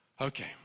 okay